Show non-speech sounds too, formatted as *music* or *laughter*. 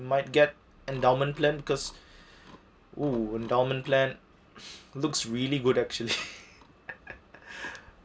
might get endowment plan because oh endowment plan looks really good actually *laughs*